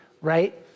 Right